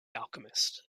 alchemist